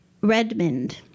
Redmond